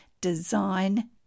Design